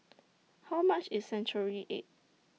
How much IS Century Egg